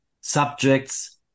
subjects